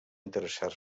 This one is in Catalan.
interessar